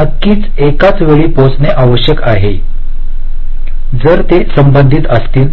नक्कीच एकाचवेळी पोहोचणे आवश्यक आहे जर ते संबंधित असतील तर